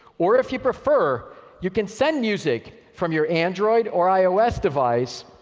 or if you prefer, you can send music from your android or ios device